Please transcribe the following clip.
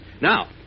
Now